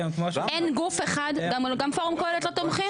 אין גוף אחד גם פורום קהלת לא תומכים?